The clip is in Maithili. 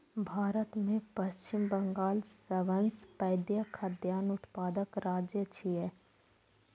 भारत मे पश्चिम बंगाल सबसं पैघ खाद्यान्न उत्पादक राज्य छियै